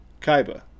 Kaiba